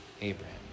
Abraham